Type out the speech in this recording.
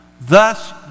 Thus